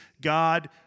God